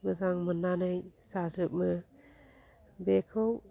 मोजां मोन्नानै जाजोबो बेखौ